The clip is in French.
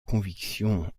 convictions